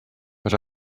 but